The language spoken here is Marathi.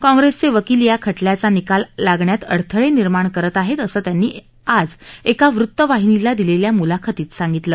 काँग्रेसचे वकील या खटल्याचा निकाल लागण्यात अडथळे निर्माण करत आहेत असं त्यांनी आज एका वृत्तवाहिनीला दिलेल्या मुलाखतीत सांगितलं